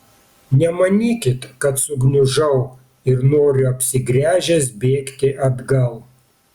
nemanykit kad sugniužau ir noriu apsigręžęs bėgti atgal